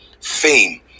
fame